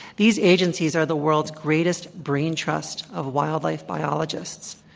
these agencies are the world's greatest brain trust of wildlife biologists.